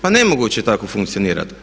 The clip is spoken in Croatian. Pa nemoguće je tako funkcionirati.